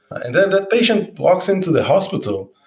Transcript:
and then that patient walks into the hospital,